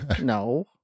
no